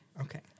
Okay